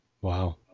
Wow